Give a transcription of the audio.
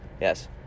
Yes